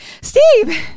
steve